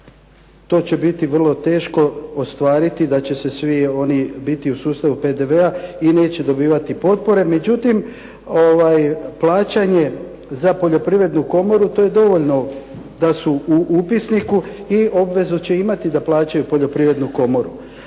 to će biti vrlo teško ostvariti da će svi oni biti u sustavu PDV-a i neće dobivati potpore. Međutim, plaćanje za poljoprivrednu komoru to je dovoljno da su u upisniku i obvezu će imati da plaćaju poljoprivrednu komoru.